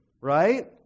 right